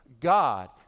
God